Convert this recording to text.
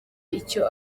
icyo